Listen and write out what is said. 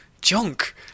junk